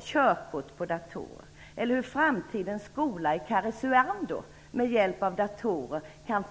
körkort på dator. I Karesuando kan skolan finnas kvar i framtiden och utvecklas med hjälp av datorer.